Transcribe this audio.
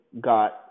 got